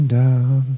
down